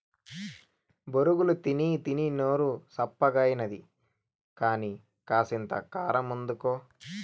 బొరుగులు తినీతినీ నోరు సప్పగాయినది కానీ, కాసింత కారమందుకో